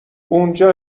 اونجا